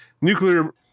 Nuclear